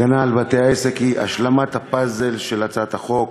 הגנה על בתי-עסק היא השלמת הפאזל של הצעת החוק